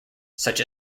such